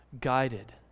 guided